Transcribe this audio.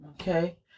okay